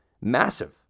massive